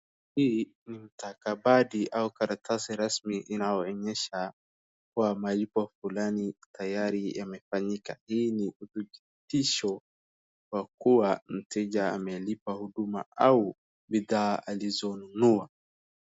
Hii ni stakabadhi au karatasi rasmi inayoonyesha kuwa malipo fulani tayari yamefanyika. Hii ni udhibitisho wa kuwa mteja amelipa huduma au bidhaa alizonunua.